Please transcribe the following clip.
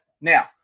now